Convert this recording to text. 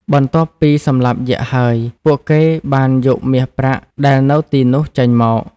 បន្ទាប់ពីសម្លាប់យក្សហើយ ពួកគេបានយកមាសប្រាក់ដែលនៅទីនោះចេញមក ។